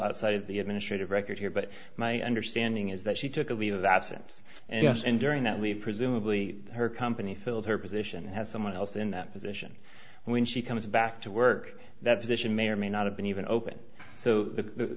outside of the administrative record here but my understanding is that she took a leave of absence and yes and during that leave presumably her company filled her position and had someone else in that position when she comes back to work that position may or may not have been even open so the